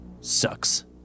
Sucks